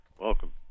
Welcome